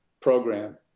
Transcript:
program